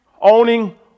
owning